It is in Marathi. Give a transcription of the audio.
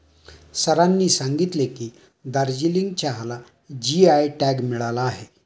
सरांनी सांगितले की, दार्जिलिंग चहाला जी.आय टॅग मिळाला आहे